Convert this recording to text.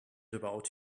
about